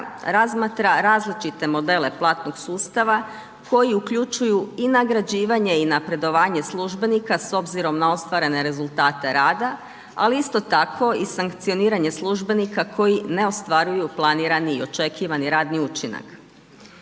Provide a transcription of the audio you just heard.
razmatra različite modele platnog sustava koji uključuju i nagrađivanje i napredovanje službenika s obzirom na ostvarene rezultate rada ali isto tako i sankcioniranje službenika koji ne ostvaruju planirani i očekivani radni učinak.